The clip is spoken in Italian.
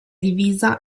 divisa